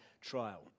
trial